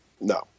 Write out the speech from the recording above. No